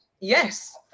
Yes